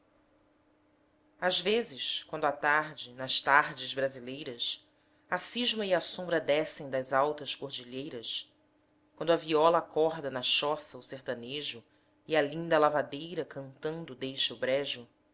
às vezes quando à tarde nas tardes brasileiras a cisma e a sombra descem das altas cordilheiras quando a viola acorda na choça o sertanejo e a linda lavadeira cantando deixa o brejo